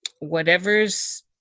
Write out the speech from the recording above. whatever's